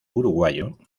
uruguayo